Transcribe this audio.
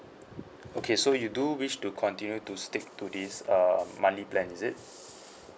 okay so you do wish to continue to stick to this um monthly plan is it